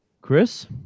Chris